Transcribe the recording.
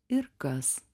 ir kas